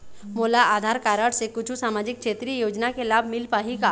मोला आधार कारड से कुछू सामाजिक क्षेत्रीय योजना के लाभ मिल पाही का?